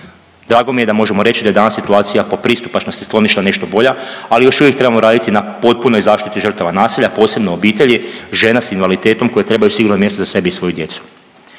Drago mi je da možemo reći da je danas situacija po pristupačnosti skloništa nešto bolja, ali još uvijek trebamo raditi na potpunoj zaštiti žrtava nasilja posebno obitelji žena s invaliditetom koje trebaju sigurno mjesto za sebe i svoju djecu.